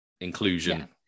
inclusion